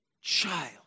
child